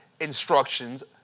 instructions